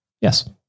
Yes